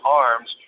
arms